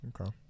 Okay